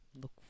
Look